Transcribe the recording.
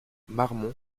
marmont